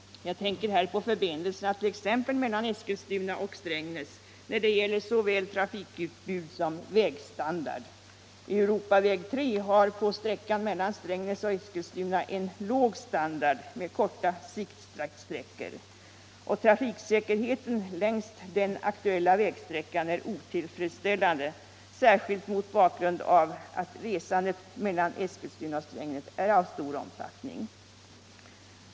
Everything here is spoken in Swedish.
Jag tänker här på förbindelserna mellan Eskilstuna och Strängnäs när det gäller såväl trafikutbud som vägstandard. Europaväg 3 har således på sträckan mellan Strängnäs och Eskilstuna en låg standard med korta siktsträckor. Trafiksäkerheten längs den aktuella vägsträckan är otillfredsställande, särskilt mot bakgrund av att resandet mellan Eskilstuna och Strängnäs är av stor omfattning.